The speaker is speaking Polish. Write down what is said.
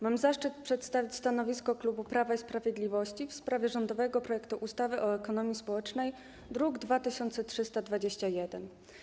Mam zaszczyt przedstawić stanowisko klubu Prawa i Sprawiedliwości w sprawie rządowego projektu ustawy o ekonomii społecznej, druk nr 2321.